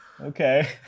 Okay